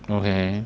okay